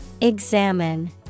Examine